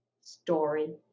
Story